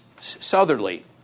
southerly